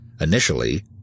Initially